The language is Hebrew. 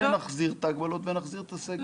שנחזיר את ההגבלות ונחזיר את הסגר.